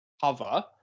cover